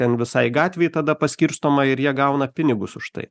ten visai gatvei tada paskirstoma ir jie gauna pinigus už tai